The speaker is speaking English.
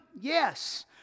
Yes